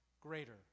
greater